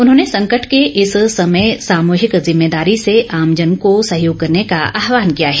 उन्होंने संकट के इस समय सामूहिक जिम्मेदारी से आमजन को सहयोग करने का आहवान किया है